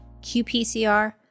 qPCR